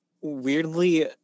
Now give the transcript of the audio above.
weirdly